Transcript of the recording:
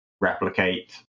replicate